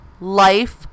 Life